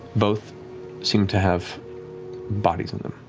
both seem to have bodies in them.